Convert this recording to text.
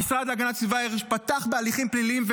המשרד להגנת הסביבה פתח בהליכים פליליים,